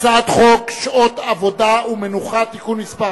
הצעת חוק שעות עבודה ומנוחה (תיקון מס'